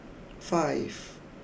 five